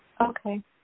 Okay